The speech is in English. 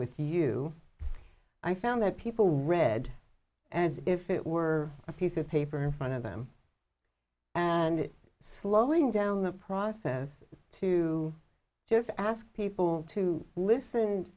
with you i found that people read as if it were a piece of paper in front of them and it slowing down the process to just ask people to listen